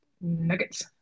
nuggets